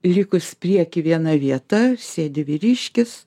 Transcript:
likus prieky viena vieta sėdi vyriškis